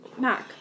Mac